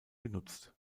genutzt